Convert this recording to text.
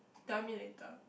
tell me later